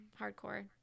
hardcore